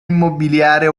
immobiliare